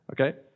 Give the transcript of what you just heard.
okay